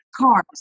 cars